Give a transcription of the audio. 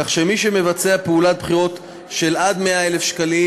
כך שמי שמבצע פעולות בחירות של עד 100,000 שקלים,